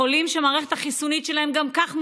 החולים, שהמערכת החיסונית שלהם גם כך מוחלשת,